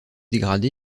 dégradé